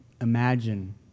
imagine